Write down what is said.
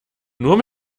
nur